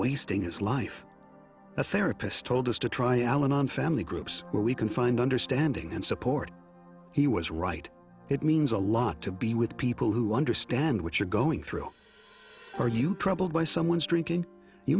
wasting his life the serapis told us to try al anon family groups where we can find understanding and support he was right it means a lot to be with people who understand what you're going through are you troubled by someone's drinking you